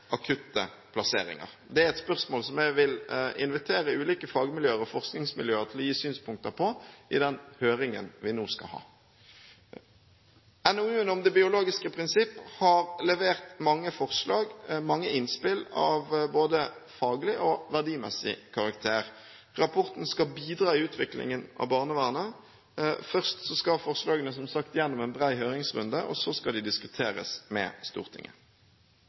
akutte plasseringer? Det er et spørsmål som jeg vil invitere ulike fagmiljøer og forskningsmiljøer til å gi synspunkter på i den høringen vi nå skal ha. NOU-en om det biologiske prinsipp har levert mange forslag og mange innspill av både faglig og verdimessig karakter. Rapporten skal bidra i utviklingen av barnevernet. Først skal forslagene, som sagt, gjennom en bred høringsrunde, og så skal de diskuteres med Stortinget.